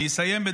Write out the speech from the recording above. נא לסיים.